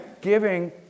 giving